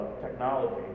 Technology